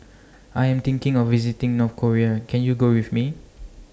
I Am thinking of visiting North Korea Can YOU Go with Me